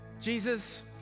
Jesus